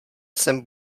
jsem